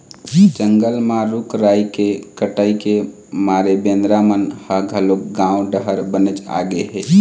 जंगल म रूख राई के कटई के मारे बेंदरा मन ह घलोक गाँव डहर बनेच आगे हे